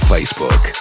Facebook